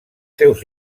seus